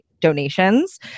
donations